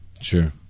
Sure